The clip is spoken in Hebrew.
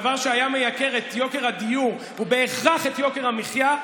דבר שהיה מייקר את יוקר הדיור ובהכרח את יוקר המחיה,